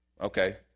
okay